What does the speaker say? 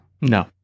no